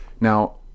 now